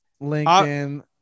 Lincoln